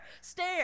Stare